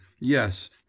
yes